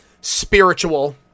spiritual